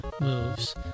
moves